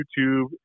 YouTube